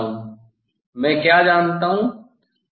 मैं जानता हूं मैं क्या जानता हूँ